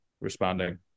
responding